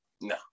no